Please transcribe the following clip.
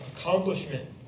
accomplishment